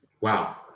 Wow